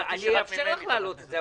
אני אאפשר לך להעלות את זה,